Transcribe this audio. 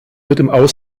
der